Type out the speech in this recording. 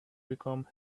become